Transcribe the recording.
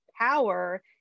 power